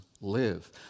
live